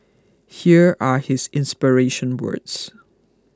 here are his inspiration words